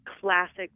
classic